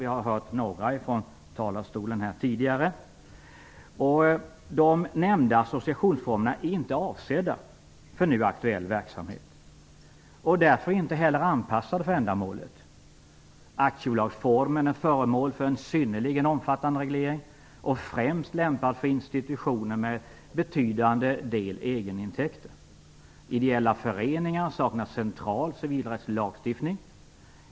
Vi har hört några från talarstolen tidigare. De nämnda associationsformerna är inte avsedda för nu aktuell verksamhet och därför inte heller anpassade för ändamålet. Aktiebolagsformen är föremål för en synnerligen omfattad reglering och främst lämpad för institutioner med betydande del egenintäkter. Ideella föreningar saknar central civilrättslig lagstiftning.